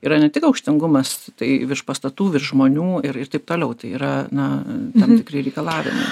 yra ne tik aukštingumas tai virš pastatų virš žmonių ir ir taip toliau tai yra na tam tikri reikalavimai